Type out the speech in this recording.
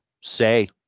say